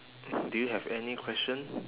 do you have any question